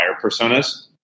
personas